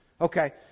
Okay